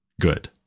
good